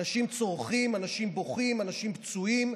אנשים צורחים, אנשים בוכים, אנשים פצועים,